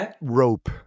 Rope